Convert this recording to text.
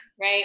right